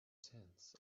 tenths